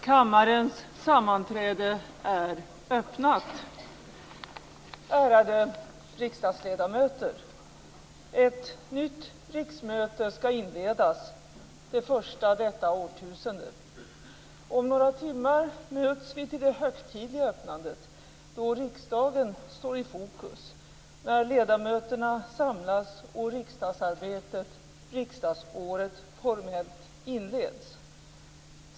Ärade riksdagsledamöter! Ett nytt riksmöte ska inledas - det första detta årtusende. Om några timmar möts vi till det högtidliga öppnandet, då riksdagen står i fokus, när ledamöterna samlas och riksdagsarbetet - riksdagsåret formellt inleds.